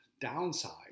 downside